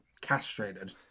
castrated